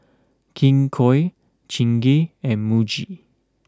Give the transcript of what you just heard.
King Koil Chingay and Muji